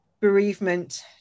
bereavement